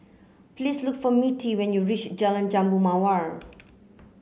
please look for Mittie when you reach Jalan Jambu Mawar